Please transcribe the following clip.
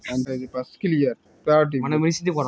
কোন অঞ্চলত ডাঙার আর্দ্রতা যখুন ফুরিয়ে যাই তখন খরা হই